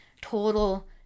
total